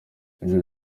ibyo